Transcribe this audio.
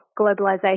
globalisation